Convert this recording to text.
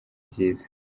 byiza